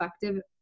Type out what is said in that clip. effective